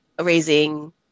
raising